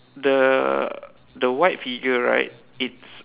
the the white figure right it's